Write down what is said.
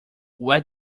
where